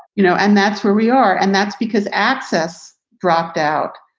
you know and that's where we are. and that's because access dropped out.